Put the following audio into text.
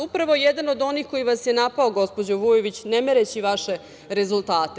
Upravo, jedan od onih koji vas je napao gospođo Vujović, ne mereći vaše rezultate.